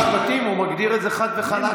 אומר לך שר המשפטים שהוא מגדיר את זה חד וחלק.